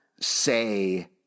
say